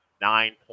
nine